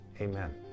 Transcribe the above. Amen